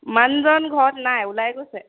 মানুহজন ঘৰত নাই ওলাই গৈছে